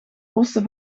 oosten